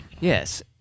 Yes